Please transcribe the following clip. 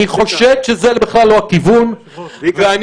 אני חושד שזה בכלל לא הכיוון.